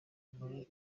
muri